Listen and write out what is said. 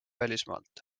välismaalt